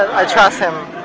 i trust him